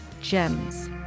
gems